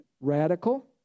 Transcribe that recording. radical